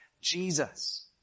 Jesus